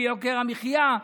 ביוקר המחיה,